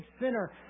sinner